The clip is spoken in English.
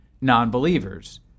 non-believers